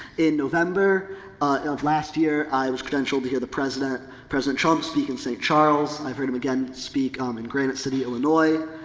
in november of last year, i was credentialed to hear the president, president trump speak in st. charles. i've heard him again speak, um, in granite city, illinois.